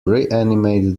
reanimate